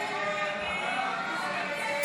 הסתייגות 47